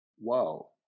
Wow